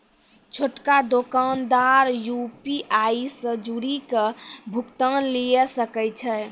छोटका दोकानदार यू.पी.आई से जुड़ि के भुगतान लिये सकै छै